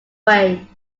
way